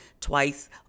twice